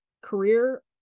career